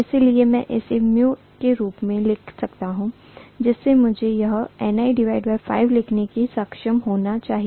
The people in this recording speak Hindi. इसलिए मैं इसेμ के रूप में लिख सकता हूं जिससे मुझे यह NiΦ लिखने में सक्षम होना चाहिए